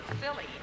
silly